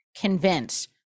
convince